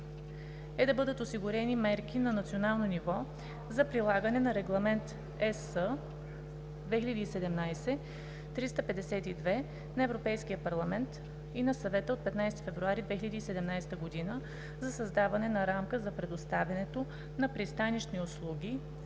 е да бъдат осигурени мерки на национално ниво за прилагане на Регламент (ЕС) 2017/352 на Европейския парламент и на Съвета от 15 февруари 2017 г. за създаване на рамка за предоставянето на пристанищни услуги